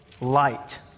light